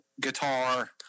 guitar